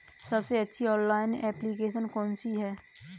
सबसे अच्छी online application कौन सी है?